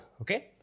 okay